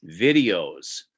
videos